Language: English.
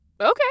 okay